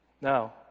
Now